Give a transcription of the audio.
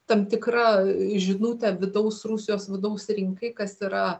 tam tikra žinutė vidaus rusijos vidaus rinkai kas yra